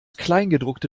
kleingedruckte